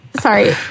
sorry